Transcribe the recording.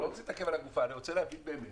אני לא רוצה להתעכב על הגופה, אני רוצה להבין באמת